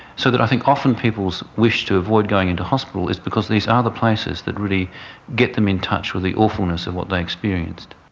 so that i think often people's wish to avoid going into hospital is because these are the places that really get them in touch with the awfulness of what they experienced.